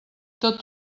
tot